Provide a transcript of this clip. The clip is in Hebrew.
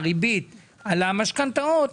הריבית על המשכנתאות,